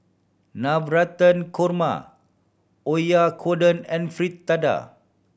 Navratan Korma Oyakodon and Fritada